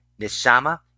nishama